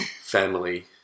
family